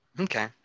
Okay